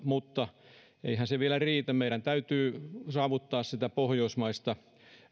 mutta eihän se vielä riitä meidän täytyy saavuttaa pohjoismaista